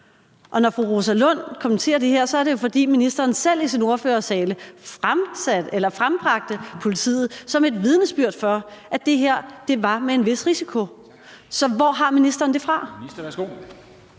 Og når fru Rosa Lund kommenterer det her, er det jo, fordi ministeren selv i sin ministertale frembragte politiet som vidnesbyrd om, at det her var med en vis risiko. Så hvor har ministeren det fra?